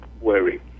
worry